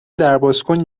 دربازکن